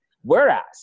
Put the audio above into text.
Whereas